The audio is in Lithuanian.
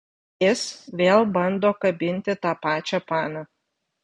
jis vėl bando kabinti tą pačią paną